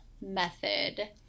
method